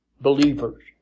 believers